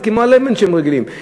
זה כמו הלבן שהם רגילים.